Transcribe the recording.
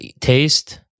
Taste